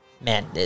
Man